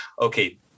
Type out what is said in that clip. okay